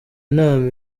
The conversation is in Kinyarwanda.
nama